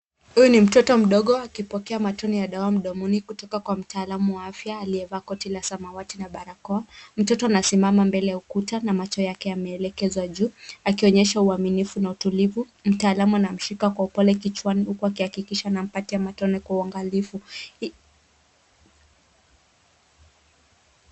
Huyu ni mtoto mdogo akipokea matone ya dawa mdomoni kutoka kwa mtaalamu wa afya aliyevaa koti la samawati na barakoa. Mtoto anasimama mbele ya ukuta na macho yake yameelekezwa juu akionyesha uaminifu na utulivu. Mtaalamu na mshika kwa upole kichwani huku akihakikisha nampatia matone kwa uangalifu.